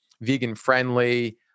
vegan-friendly